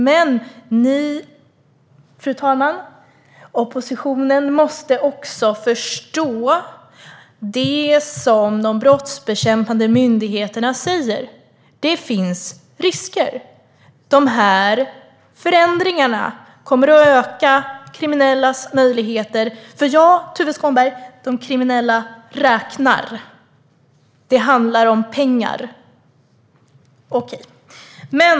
Men oppositionen måste förstå det som de brottsbekämpande myndigheterna säger: Det finns risker. Förändringarna kommer att öka kriminellas möjligheter. För de kriminella räknar, Tuve Skånberg. Det handlar om pengar. Fru talman!